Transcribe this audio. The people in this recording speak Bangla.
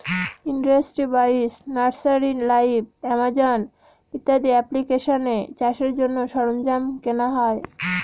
ইন্ডাস্ট্রি বাইশ, নার্সারি লাইভ, আমাজন ইত্যাদি এপ্লিকেশানে চাষের জন্য সরঞ্জাম কেনা হয়